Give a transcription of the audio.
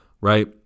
right